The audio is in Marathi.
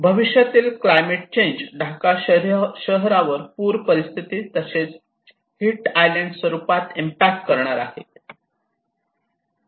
भविष्यातील क्लायमेट चेंज ढाका शहरावर पूर परिस्थिती तसेच हिट आयलँड स्वरूपात इम्पॅक्ट करणार आहे